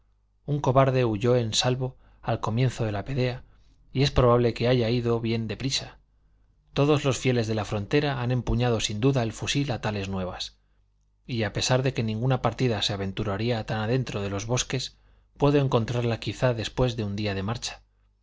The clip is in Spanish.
un cobarde huyó en salvo al comienzo de la pelea y es probable que haya ido bien de prisa todos los fieles de la frontera han empuñado sin duda el fusil a tales nuevas y a pesar de que ninguna partida se aventuraría tan adentro de los bosques puedo encontrarla quizá después de un día de marcha